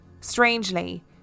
Strangely